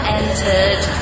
entered